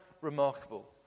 remarkable